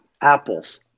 Apple's